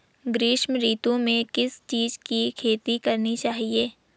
ग्रीष्म ऋतु में किस चीज़ की खेती करनी चाहिये?